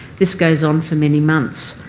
this goes on for many months.